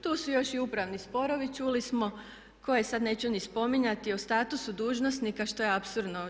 Tu su još i upravni sporovi, čuli smo koji, sad neću ni spominjati, o statusu dužnosnika što je apsurdno.